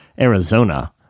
Arizona